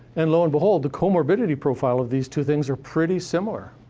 and lo and behold, the comorbidity profile of these two things are pretty similar.